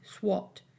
SWOT